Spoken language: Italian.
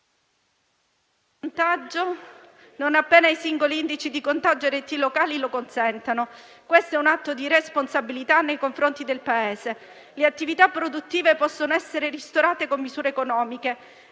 non appena i singoli indici di contagio ed RT locali lo consentano. Questo è un atto di responsabilità nei confronti del Paese. Le attività produttive possono essere ristorate con misure economiche